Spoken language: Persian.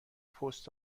پست